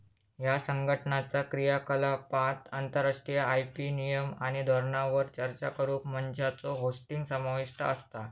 ह्या संघटनाचा क्रियाकलापांत आंतरराष्ट्रीय आय.पी नियम आणि धोरणांवर चर्चा करुक मंचांचो होस्टिंग समाविष्ट असता